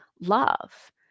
love